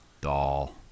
doll